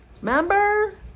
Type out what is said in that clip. Remember